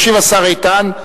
ישיב השר איתן.